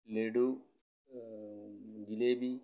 laddu jalebi